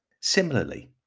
similarly